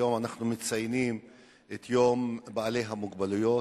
היום אנחנו מציינים את יום בעלי המוגבלויות,